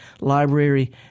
Library